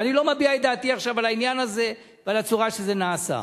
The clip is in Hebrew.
ואני לא מביע את דעתי עכשיו על העניין הזה ועל הצורה שזה נעשה.